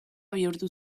bihurtu